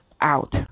out